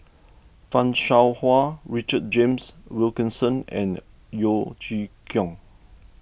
Fan Shao Hua Richard James Wilkinson and Yeo Chee Kiong